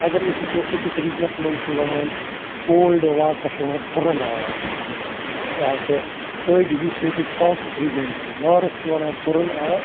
اگر أسۍ وٕچھو أکِس رِجنِس منٛز چھُ وَنان کولڈ واٹرٛس چھِ وَنان تُرُن آب ییٚتہِ تہٕ أڑۍ یُس ییٚتُک ساوتھُک رِجن چھُ نارٕتھ چھُ وَنان تُرُن آب